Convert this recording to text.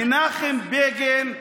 מנחם בגין,